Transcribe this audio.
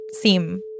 seem